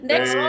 Next